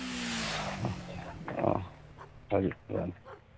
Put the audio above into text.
ꯑꯥ ꯍꯥꯏꯕꯤꯌꯨ ꯌꯥꯅꯤ